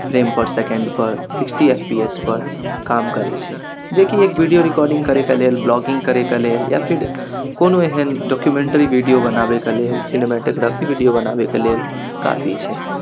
frame per सेकेण्डपर sixty F P S पर काम करै छै जेकि एक वीडिओ रिकॉर्डिङ्ग करैके लेल ब्लॉगिङ्ग करैके लेल या फेर कोनो एहन डाक्युमेन्ट्री वीडिओ बनाबैके लेल सिनेमैटोग्राफी वीडिओ बनाबैके लेल काफी छै